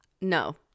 no